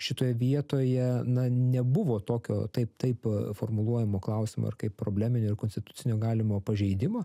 šitoj vietoje na nebuvo tokio taip taip a formuluojamo klausimo ar kaip probleminio ir konstitucinio galimo pažeidimo